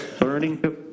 Learning